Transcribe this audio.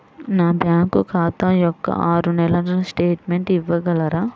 నా బ్యాంకు ఖాతా యొక్క ఆరు నెలల స్టేట్మెంట్ ఇవ్వగలరా?